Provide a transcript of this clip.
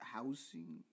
Housing